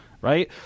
Right